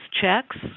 checks